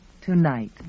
tonight